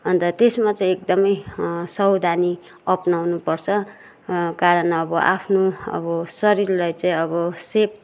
अन्त त्यसमा चाहिँएकदमै सवधानी अपनाउनु पर्छ कारण अब आफनो अब शरीरलाई चाहिँ अब सेफ